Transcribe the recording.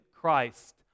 Christ